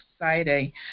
exciting